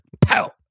pow